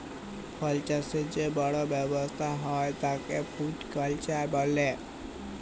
ফল চাষ ক্যরার যে বড় ব্যবসা হ্যয় তাকে ফ্রুটিকালচার বলে